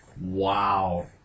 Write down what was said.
Wow